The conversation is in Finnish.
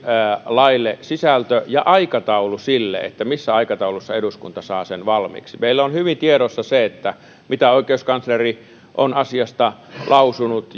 laille sisältö ja aikataulu sille missä aikataulussa eduskunta saa sen valmiiksi meillä on hyvin tiedossa se mitä oikeuskansleri on asiasta lausunut